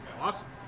awesome